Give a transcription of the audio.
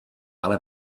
ale